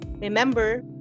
Remember